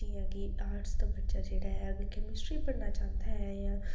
जि'यां कि आर्ट्स दा बच्चा जेह्ड़ा ऐ अगर कैमिस्ट्री पढ़ना चांह्दा ऐ जां